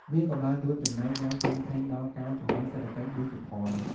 វាក៏បានរួមចំណែកយ៉ាងធំធេងដល់ការជំរុញសេដ្ឋកិច្ចឌីជីថល។